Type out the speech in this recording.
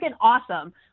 awesome